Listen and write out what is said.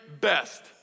best